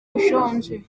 ushonje